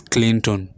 Clinton